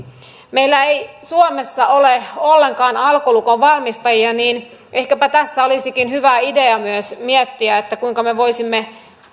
meillä ei suomessa ole ollenkaan alkolukon valmistajia niin ehkäpä tässä olisikin hyvä idea myös miettiä kuinka me me voisimme